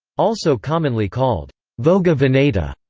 also commonly called, voga veneta.